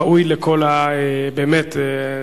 ראוי באמת לכל,